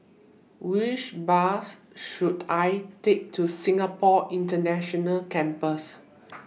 Which Bus should I Take to Singapore International Campus